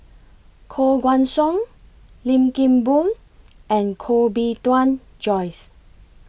Koh Guan Song Lim Kim Boon and Koh Bee Tuan Joyce